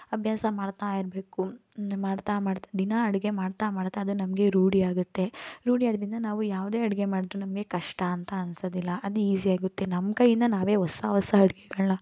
ಅಭ್ಯಾಸ ಮಾಡ್ತಾಯಿರಬೇಕು ಮಾಡ್ತಾ ಮಾಡ್ತಾ ದಿನ ಅಡುಗೆ ಮಾಡ್ತಾ ಮಾಡ್ತಾ ಅದು ನಮಗೆ ರೂಢಿ ಆಗುತ್ತೆ ರೂಢಿಯಾದ್ದರಿಂದ ನಾವು ಯಾವುದೇ ಅಡುಗೆ ಮಾಡಿದ್ರೂ ನಮಗೆ ಕಷ್ಟ ಅಂತ ಅನ್ಸೋದಿಲ್ಲ ಅದು ಈಝಿಯಾಗುತ್ತೆ ನಮ್ಮ ಕೈಯ್ಯಿಂದ ನಾವೇ ಹೊಸ ಹೊಸ ಅಡುಗೆಗಳ್ನ